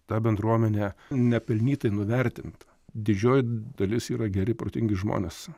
ta bendruomenė nepelnytai nuvertinta didžioji dalis yra geri protingi žmonės